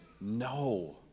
no